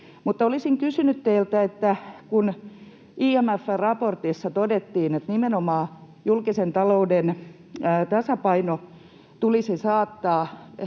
olisin kysynyt teiltä, että kun IMF:n raportissa todettiin, että nimenomaan julkisen talouden tasapaino tulisi saattaa